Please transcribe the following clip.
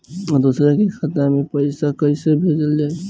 दूसरे के खाता में पइसा केइसे भेजल जाइ?